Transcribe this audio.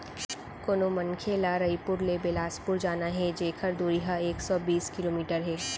कोनो मनखे ल रइपुर ले बेलासपुर जाना हे जेकर दूरी ह एक सौ बीस किलोमीटर हे